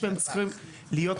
התייחסנו לדירות לא ראויות